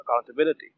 accountability